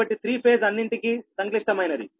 కాబట్టి three phase అన్నింటికీ సంక్లిష్టమైనది